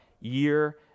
year